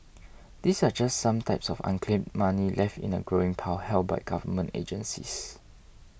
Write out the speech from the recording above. these are just some types of unclaimed money left in a growing pile held by government agencies